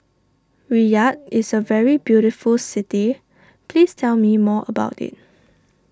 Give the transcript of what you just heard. Riyadh is a very beautiful city please tell me more about it